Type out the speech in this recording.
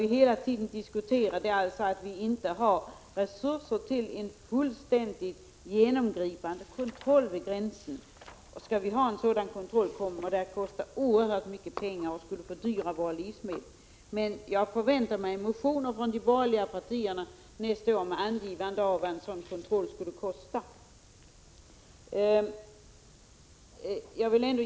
Vi diskuterar hela tiden frågan om att vi inte har resurser till en fullständig genomgripande kontroll vid gränsen. Skall vi ha en sådan kontroll kommer det att kosta oerhört mycket pengar och fördyra våra livsmedel. Jag förväntar mig motioner från de borgerliga partierna nästa år med angivande av vad en sådan kontroll skulle kosta.